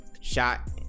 Shot